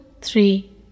three